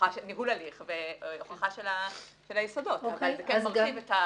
ניהול הליך והוכחה של היסודות, אבל זה כן מרחיב.